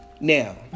Now